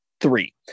Three